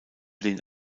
den